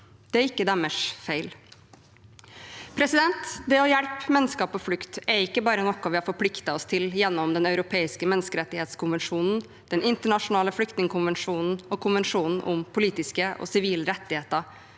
Det er ikke deres feil. Å hjelpe mennesker på flukt er ikke bare noe vi har forpliktet oss til gjennom Den europeiske menneskerettskonvensjon, flyktningkonvensjonen og konvensjonen om politiske og sivile rettigheter.